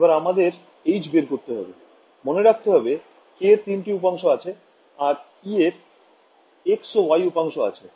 এবার আমাদের H বের করতে হবে মনে রাখতে হবে k এর তিনটে উপাংশ আছে আর E এর x ও y উপাংশ আছে